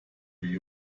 wie